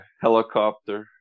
helicopter